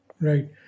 Right